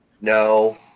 No